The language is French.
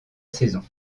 saison